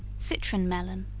citron melon.